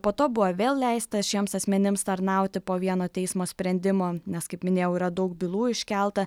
po to buvo vėl leista šiems asmenims tarnauti po vieno teismo sprendimo nes kaip minėjau yra daug bylų iškelta